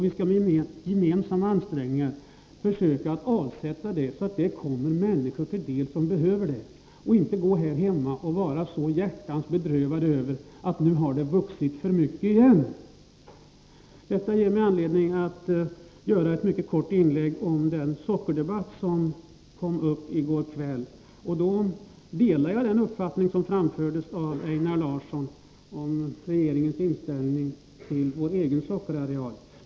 Vi bör med gemensamma ansträngningar försöka avsätta produkterna så att de kommer de människor till del som behöver dem. Vi bör inte gå här hemma och vara så hjärtans bedrövade över att det vuxit för mycket igen. Detta ger mig anledning att säga några ord om den sockerdebatt som kom upp i går kväll. Jag delar den uppfattning som framfördes av Einar Larsson om regeringens inställning till vår egen sockerareal.